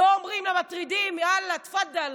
לא אומרים למטרידים: יאללה, תפדל,